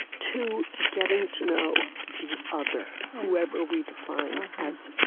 to getting to know the other, whoever we define as